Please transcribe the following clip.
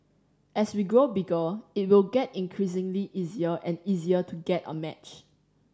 as we grow bigger it will get increasingly easier and easier to get a match